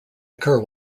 occur